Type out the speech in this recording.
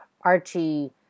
Archie